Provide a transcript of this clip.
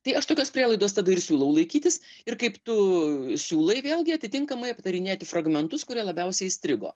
tai aš tokios prielaidos tada ir siūlau laikytis ir kaip tu siūlai vėlgi atitinkamai aptarinėti fragmentus kurie labiausiai įstrigo